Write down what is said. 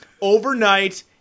overnight